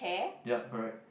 yup correct